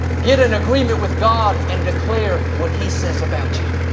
get in agreement with god and declare what he says about you.